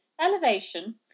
elevation